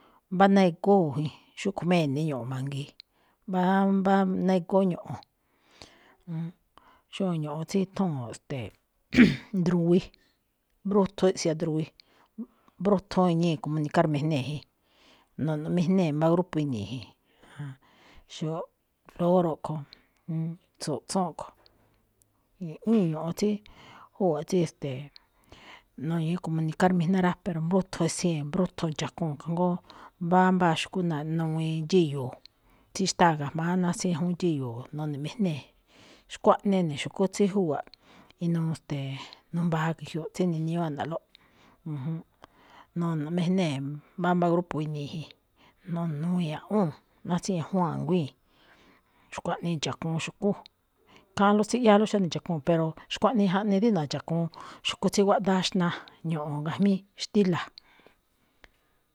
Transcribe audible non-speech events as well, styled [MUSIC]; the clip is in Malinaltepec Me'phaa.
Mbá ná egóo̱ jin, xúꞌkho̱ má ene̱ ño̱ꞌo̱n mangiin, mbámbá ná egóó ño̱ꞌo̱n. [HESITATION] xóo ño̱ꞌo̱n tsí ithúu̱n, ste̱e̱, [NOISE] druwi, mbrúthun iꞌsian druwi, mbróthon iñíi̱ comunicar mejnée̱ jin, no̱ꞌno̱mijnée̱ mbá grupo ini̱i̱ jin, xóo lóro̱ ꞌkho̱, tsu̱ꞌtsún ꞌkho̱, i̱ꞌwíin ño̱ꞌo̱n tsí, júwa̱ꞌ tsí, e̱ste̱e̱, nuñi̱í comunicar mijná rá, pero mbruthun esiee̱n, brúthun ndxa̱kuu̱n, kajngó mbáambáa xu̱kú naꞌnenuwiin dxíyo̱o̱, tsí xtáa ga̱jma̱á náa tsí ñajúún dxíyo̱o̱ none̱mijnée̱. Xkuaꞌnii ene̱ xu̱kú tsí júwa̱ꞌ inuu, ste̱e̱, n [HESITATION] baa ge̱jyoꞌ tsí niniñúú ana̱ꞌlóꞌ, junjún, none̱mijnée̱ mbámbá grupo ini̱i̱ jin, none̱nuwii̱n ajngúu̱n, náá tsí ñajúún a̱nguíi̱n. Xkuaꞌnii ndxa̱kuun xu̱kú. Ikháánlóꞌ tsíꞌyááló xáne ndxa̱kuu̱n, pero xkuaꞌnii jaꞌnii dí na̱ndxa̱kuun xu̱kú tsí guáꞌdáá xna, ño̱ꞌo̱n gajmíí xtíla̱.